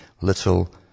little